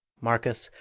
marcus,